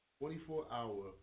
24-hour